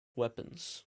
weapons